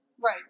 Right